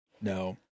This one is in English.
No